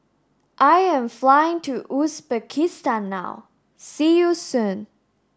I am flying to Uzbekistan now see you soon